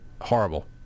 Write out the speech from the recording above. Horrible